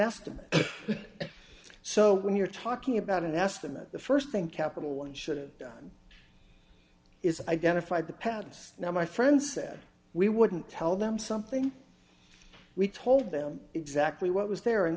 estimate so when you're talking about an estimate the st thing capital one should done is identified the pads now my friend said we wouldn't tell them something we told them exactly what was there and